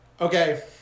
Okay